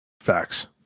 facts